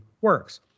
works